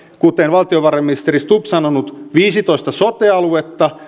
kuten valtiovarainministeri stubb on sanonut viisitoista sote aluetta